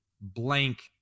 blank